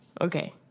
okay